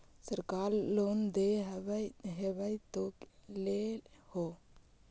सरकार लोन दे हबै तो ले हो?